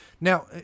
Now